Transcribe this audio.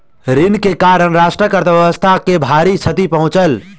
ऋण के कारण राष्ट्रक अर्थव्यवस्था के भारी क्षति पहुँचलै